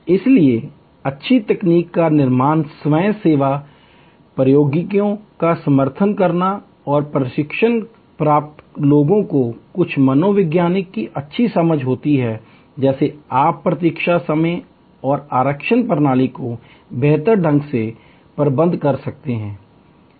इसलिए अच्छी तकनीकी का निर्माण स्वयं सेवा प्रौद्योगिकियों का समर्थन करता है और प्रशिक्षण प्राप्त लोगों को कुछ मनोविज्ञानों की अच्छी समझ होती है जैसे आप प्रतीक्षा समय और आरक्षण प्रणाली को बेहतर ढंग से प्रबंधित कर सकते हैं